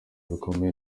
bikomeye